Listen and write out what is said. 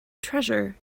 treasure